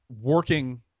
working